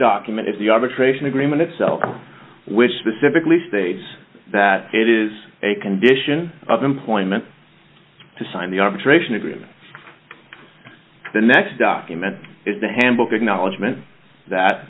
document is the arbitration agreement itself which specifically states that it is a condition of employment to sign the arbitration agreement the next document is the handbook acknowledgement that